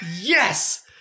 yes